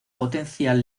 potencial